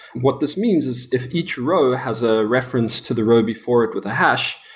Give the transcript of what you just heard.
what this means is if each row has a reference to the row before it with a hash,